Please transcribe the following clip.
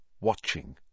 watching